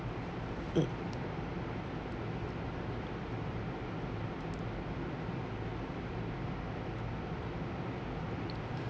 mm